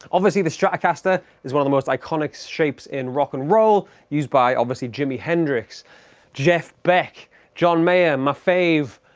obviously the stratocaster is one of the most iconic shapes in rock and roll used by obviously jimi hendrix jeff beck john mayer my fave.